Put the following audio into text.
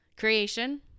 Creation